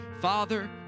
Father